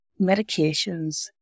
medications